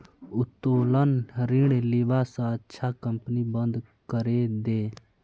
उत्तोलन ऋण लीबा स अच्छा कंपनी बंद करे दे